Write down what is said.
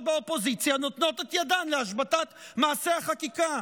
באופוזיציה נותנות את ידן להשבתת מעשה החקיקה.